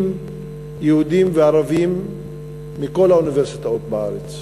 יהודים וערבים מכל האוניברסיטאות בארץ,